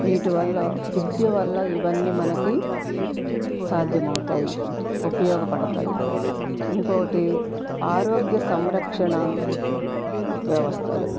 వీటివల్ల విద్యవల్ల ఇవన్నీ మనకు సాధ్యమవుతాయి ఉపయోగపడతాయి ఇంకొకటి ఆరోగ్య సంరక్షణ వ్యవస్థలు